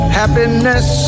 happiness